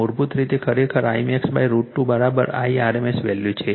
મૂળભૂત રીતે ખરેખર Imax √ 2 Irms વેલ્યૂ છે